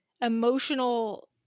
emotional